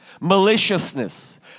maliciousness